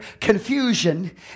confusion